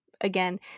again